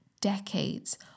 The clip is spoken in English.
decades